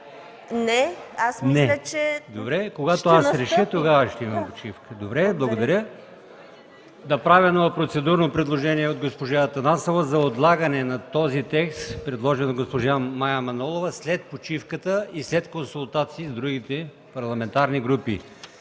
АЛИОСМАН ИМАМОВ: Добре, когато аз реша, тогава ще има почивка. Добре, благодаря. Направено е процедурно предложение от госпожа Атанасова за отлагане на текста, предложен от госпожа Мая Манолова – след почивката, и след консултации с другите парламентарни групи.